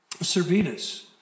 Servetus